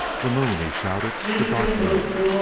the moon! he shouted. the dark moon!